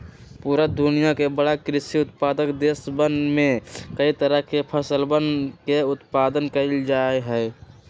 पूरा दुनिया के बड़ा कृषि उत्पादक देशवन में कई तरह के फसलवन के उत्पादन कइल जाहई